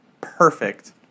perfect